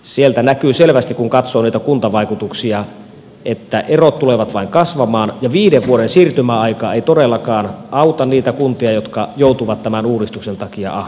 sieltä näkyy selvästi kun katsoo näitä kuntavaikutuksia että erot tulevat vain kasvamaan ja viiden vuoden siirtymäaika ei todellakaan auta niitä kuntia jotka joutuvat tämän uudistuksen takia ahdinkoon